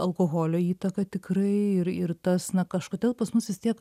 alkoholio įtaka tikrai ir ir tas na kažkodėl pas mus vis tiek